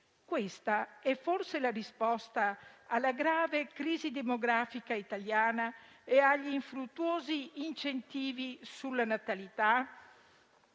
Questa è forse la risposta alla grave crisi demografica italiana e agli infruttuosi incentivi sulla natalità?